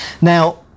Now